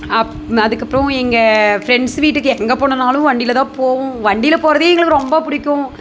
அப் அதுக்கப்புறோம் எங்க ஃப்ரெண்ட்ஸ் வீட்டுக்கு எங்கே போகணுன்னாலும் வண்டியில் தான் போவோம் வண்டியில் போகிறதே எங்களுக்கு ரொம்ப பிடிக்கும்